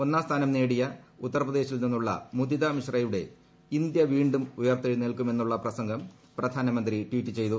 ഒന്നാം സ്ഥാനം നേടിയ ഉത്തർപ്രദേശിൽ നിന്നുള്ള മുദിത മിശ്രയുടെ ഇന്തൃ വീണ്ടും ഉയിർത്തെഴുന്നേൽക്കുമെന്നുള്ള പ്രസംഗം പ്രധാനമന്ത്രി ട്വീറ്റ് ചെയ്തു